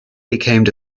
became